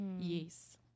Yes